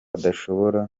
adashobora